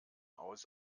aus